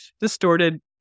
distorted